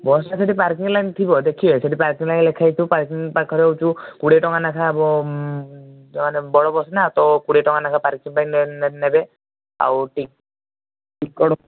bus ର ସେଇଠି parking line ଥିବ ଦେଖିବେ ସେଇଠି ପାର୍କିଙ୍ଗ୍ ଲାଇନ୍ ଲେଖା ହେଇଥିବ ପାର୍କିଙ୍ଗ୍ ଲାଇନ୍ ପାଖରେ ହେଉଛୁ କୁଡ଼ିଏ ଟଙ୍କା ଲେଖାଁ ମାନେ ବଡ଼ ବସ୍ ନା ତ କୁଡ଼ିଏ ଟଙ୍କା ଲେଖାଁ ପାର୍କିଙ୍ଗ୍ ପାଇଁ ନେବେ ଆଉ ଟି ଟିକଟ